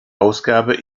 ausgabe